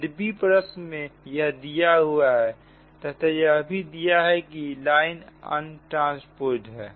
यद्यपि प्रश्न में यह दिया हुआ है तथा यह भी दिया की लाइन अन ट्रांसपोज्ड है